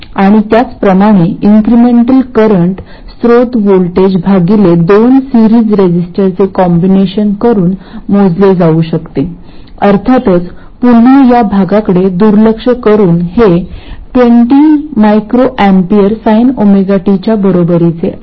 आणि त्याचप्रमाणे incremental current स्रोत व्होल्टेज भगिले दोन सिरीज रजिस्टरचे कॉम्बिनेशन करून मोजले जाऊ शकते अर्थातच पुन्हा या भागाकडे दुर्लक्ष करून हे 20µA sinωt च्या बरोबरीचे आहे